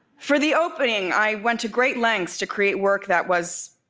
for the opening i went to great lengths to create work that was,